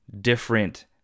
different